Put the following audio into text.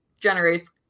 generates